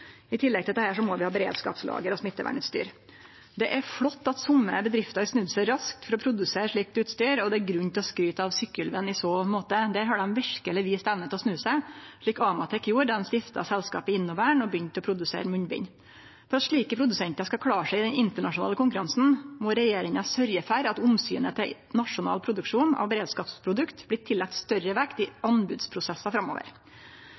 I tillegg til dette må vi ha beredskapslager av smittevernutstyr. Det er flott at somme bedrifter har snudd seg raskt for å produsere slikt utstyr, og det er grunn til å skryte av Sykkylven i så måte. Der har dei verkeleg vist evne til å snu seg, slik Amatec gjorde då dei stifta selskapet InnoVern og begynte å produsere munnbind. For at slike produsentar skal klare seg i den internasjonale konkurransen, må regjeringa sørgje for at omsynet til nasjonal produksjon av beredskapsprodukt blir tillagd større vekt i anbodsprosessar framover.